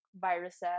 viruses